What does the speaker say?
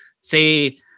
say